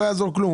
לא יעזור כלום.